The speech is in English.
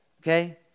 okay